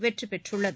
வெற்றி பெற்றுள்ளது